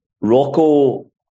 Rocco